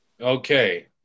Okay